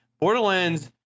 Borderlands